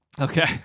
Okay